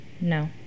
No